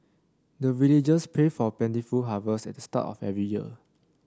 the villagers pray for plentiful harvest at the start of every year